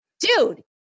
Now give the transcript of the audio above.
dude